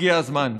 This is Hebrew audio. הגיע הזמן.